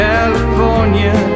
California